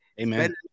Amen